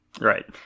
Right